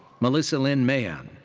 melissa lyn mahon,